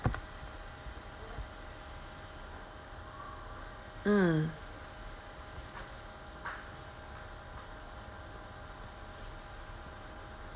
mm